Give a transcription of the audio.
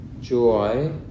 joy